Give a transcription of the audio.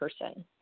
person